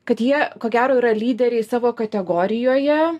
kad jie ko gero yra lyderiai savo kategorijoje